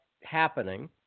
happening